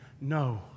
No